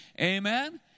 Amen